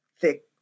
thick